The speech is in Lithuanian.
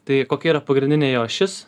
tai kokia yra pagrindinė jo ašis